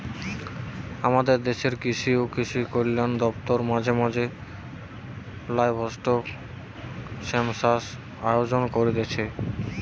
আমদের দেশের কৃষি ও কৃষিকল্যান দপ্তর মাঝে মাঝে লাইভস্টক সেনসাস আয়োজন করতিছে